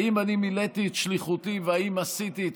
האם אני מילאתי את שליחותי והאם עשיתי את